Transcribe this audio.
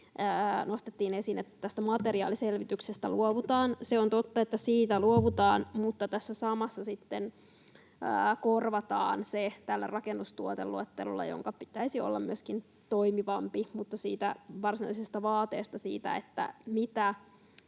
nostettiin esille, että tästä materiaaliselvityksestä luovutaan. Se on totta, että siitä luovutaan, mutta tässä samassa sitten korvataan se tällä rakennustuoteluettelolla, jonka pitäisi olla myöskin toimivampi. Mutta siitä varsinaisesta vaateesta eli siitä, mitä